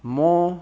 more